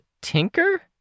tinker